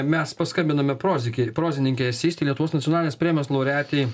mes paskambinome prozikei prozininkė eseistei lietuvos nacionalinės premijos laureatei